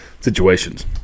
situations